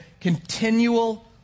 continual